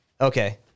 Okay